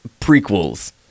prequels